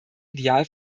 ideal